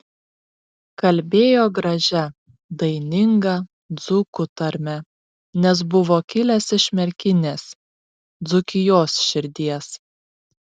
kalbėjo gražia daininga dzūkų tarme nes buvo kilęs iš merkinės dzūkijos širdies